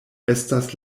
estas